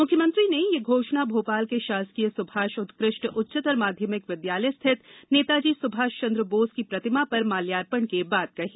मुख्यमंत्री ने यह घोषणा भोपाल के शासकीय सुभाष उत्कृष्ट उच्चतर माध्यमिक विद्यालय स्थित नेताजी सुभाष चन्द्र बोस की प्रतिमा पर माल्यार्पण के बाद कही